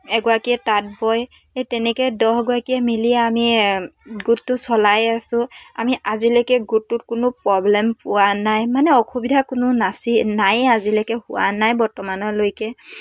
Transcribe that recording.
এগৰাকীয়ে তাঁত বয় সেই তেনেকৈ দহগৰাকীয়ে মিলি আমি গোটটো চলাই আছো আমি আজিলেকে গোটটোত কোনো প্ৰব্লেম পোৱা নাই মানে অসুবিধা কোনো নাচি নাই আজিলৈকে হোৱা নাই বৰ্তমানলৈকে